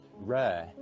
rare